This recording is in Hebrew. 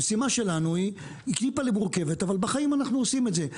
המשימה שלנו היא טיפה מורכבת אבל בחיים אנחנו עושים את זה,